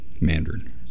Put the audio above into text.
Mandarin